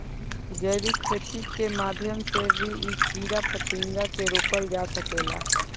जैविक खेती के माध्यम से भी इ कीड़ा फतिंगा के रोकल जा सकेला